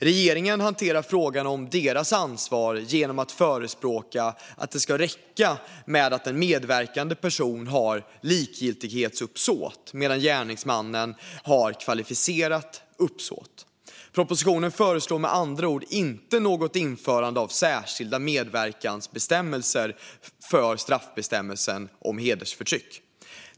Regeringen har hanterat frågan om deras ansvar genom att förespråka att det ska räcka med att en medverkande person har likgiltighetsuppsåt medan gärningsmannen har kvalificerat uppsåt. Propositionen föreslår med andra ord inte ett införande av särskilda medverkansbestämmelser för straffbestämmelsen om hedersförtryck.